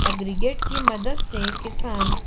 aggregate की मदद से किसान